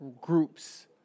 groups